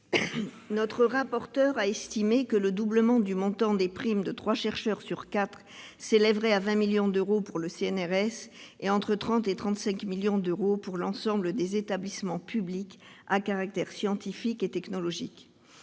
de la culture a estimé que le doublement du montant des primes de trois chercheurs sur quatre s'élèverait à 20 millions d'euros pour le CNRS et entre 30 millions et 35 millions d'euros pour l'ensemble des établissements publics à caractère scientifique et technologique.